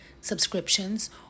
subscriptions